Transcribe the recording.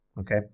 okay